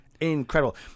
incredible